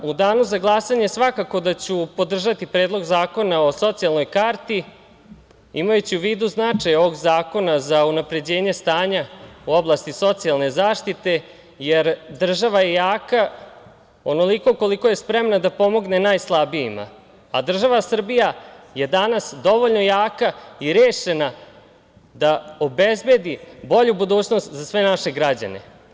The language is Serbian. U danu za glasanje svakako da ću podržati Predlog zakona o socijalnoj karti, imajući u vidu značaj ovog zakona za unapređenje stanja u oblasti socijalne zaštite, jer država je jaka onoliko koliko je spremna da pomogne najslabijima, a država Srbija je danas dovoljno jaka i rešena da obezbedi bolju budućnost za sve naše građane.